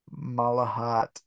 Malahat